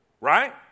right